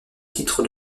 titre